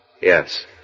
Yes